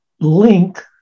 Link